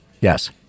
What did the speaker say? Yes